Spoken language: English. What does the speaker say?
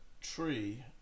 tree